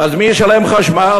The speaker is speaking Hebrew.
אז מי ישלם על חשמל?